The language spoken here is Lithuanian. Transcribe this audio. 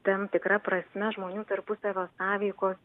tam tikra prasme žmonių tarpusavio sąveikos